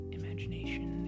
imagination